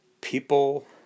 people